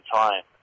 time